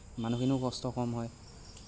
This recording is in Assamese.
মানুহখিনিও কষ্ট কম হয়